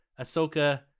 Ahsoka